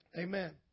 Amen